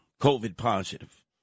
COVID-positive